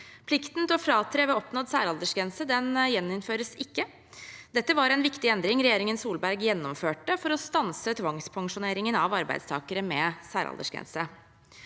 Plikten til å fratre ved oppnådd særaldersgrense gjeninnføres ikke. Dette var en viktig endring regjeringen Solberg gjennomførte for å stanse tvangspensjoneringen av arbeidstakere med særaldersgrense.